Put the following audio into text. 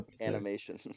animation